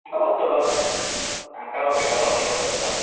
भवतु भव अ करोमि करोमि वदतु